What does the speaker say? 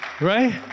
right